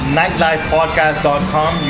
nightlifepodcast.com